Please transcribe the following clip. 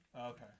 okay